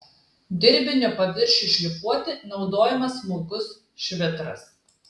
dirbinio paviršiui šlifuoti naudojamas smulkus švitras